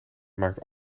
maakt